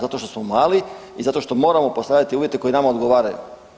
Zato što smo mali i zato što moramo postavljati uvjete koji nama odgovaraju.